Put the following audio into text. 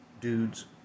dudes